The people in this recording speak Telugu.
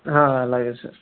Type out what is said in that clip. అలాగే సార్